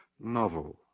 novel